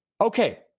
Okay